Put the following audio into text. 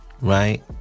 right